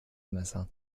messer